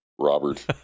Robert